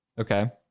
Okay